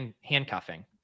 handcuffing